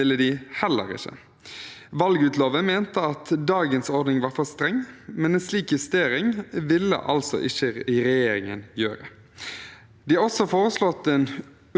De har også foreslått en unntaksbestemmelse som jeg frykter vil medføre at rettighetene til personer med nedsatt funksjonsevne ikke vil bli godt nok ivaretatt på valgdagen.